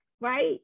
Right